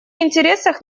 интересах